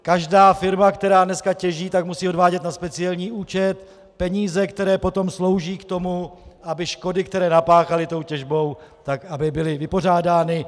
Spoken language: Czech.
Každá firma, která dneska těží, musí odvádět na speciální účet peníze, které potom slouží k tomu, aby škody, které napáchaly těžbou, aby byly vypořádány.